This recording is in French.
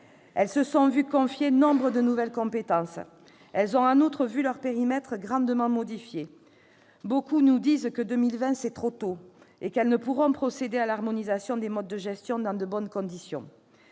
Elles se sont vues confier nombre de nouvelles compétences. Elles ont, en outre, vu leur périmètre grandement modifié. Beaucoup nous disent que 2020, c'est trop tôt et qu'elles ne pourront pas procéder à l'harmonisation des modes de gestion dans de bonnes conditions.